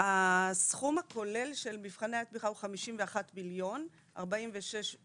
הסכום הכולל של מבחני התמיכה הוא 51,000,000.